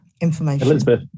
Elizabeth